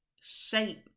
shape